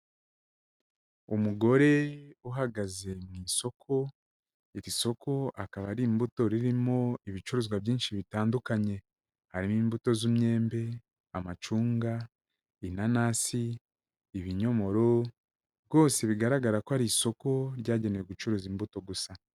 Umugore uhagaze mu isoko, iri soko akaba ari imbuto ririmo ibicuruzwa byinshi bitandukanye, harimo imbuto z'imyembe, amacunga, inanasi, ibinyomoro, rwose bigaragara ko ari isoko ryagenewe gucuruza imbuto gusa.